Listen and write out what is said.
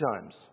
times